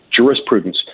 jurisprudence